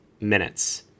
minutes